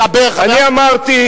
אני אמרתי,